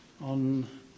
on